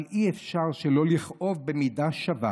אבל אי-אפשר שלא לכאוב במידה שווה,